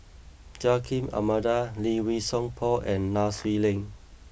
Joaquim Almeida Lee Wei Song Paul and Nai Swee Leng